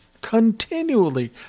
continually